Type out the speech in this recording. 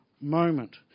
moment